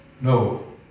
No